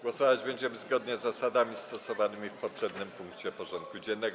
Głosować będziemy zgodnie z zasadami stosowanymi w poprzednim punkcie porządku dziennego.